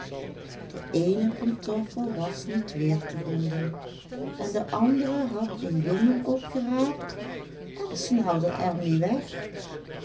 de eene pantoffel was niet weer te vinden en de andere had een jongen opgeraapt en snelde er mee weg